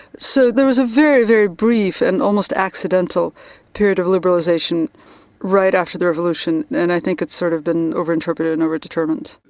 so there was a very, very brief and almost accidental period of liberalisation right after the revolution, and i think it has sort of been over-interpreted and over-determined.